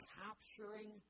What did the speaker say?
capturing